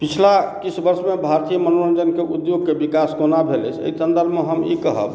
पिछला किछु वर्षमे भारतीय मनोरञ्जनके उद्योगके विकास कोना भेल अछि अहि सन्दर्भ मे हम ई कहब